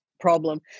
problem